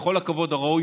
בכל הכבוד הראוי,